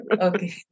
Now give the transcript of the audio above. Okay